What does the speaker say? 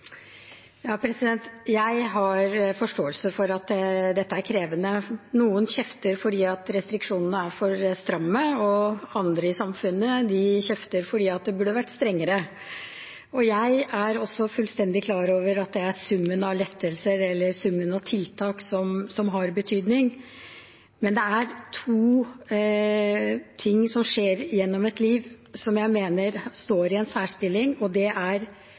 Jeg har forståelse for at dette er krevende. Noen kjefter fordi restriksjonene er for stramme, andre i samfunnet kjefter fordi det burde vært strengere. Jeg er også fullstendig klar over at det er summen av lettelser eller summen av tiltak som har betydning. Men det er to ting som skjer gjennom et liv som jeg mener står i en særstilling, og det er